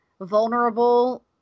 vulnerable